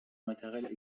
matériel